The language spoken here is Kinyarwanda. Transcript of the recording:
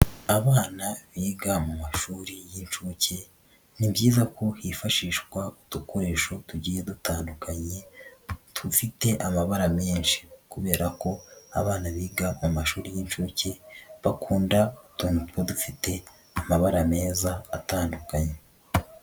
Abana biga mu mashuri y'inshuke ni byiza ko hifashishwa udukoresho tugiye dutandukanye dufite amabara menshi, kubera ko abana biga mu mashuri y'inshuke bakunda utuntu tuba dufite amabara meza atandukanye.